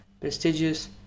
prestigious